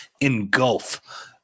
engulf